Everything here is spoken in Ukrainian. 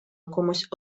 якомусь